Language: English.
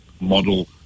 model